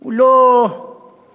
הוא לא כביש